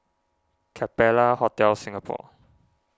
Capella Hotel Singapore